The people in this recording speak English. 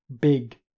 Big